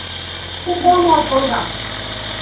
حظ کُلگام